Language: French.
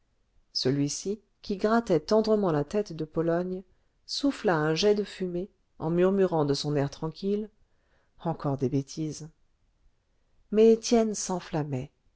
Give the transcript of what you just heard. celui-ci qui grattait tendrement la tête de pologne souffla un jet de fumée en murmurant de son air tranquille encore des bêtises mais étienne s'enflammait